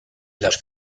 las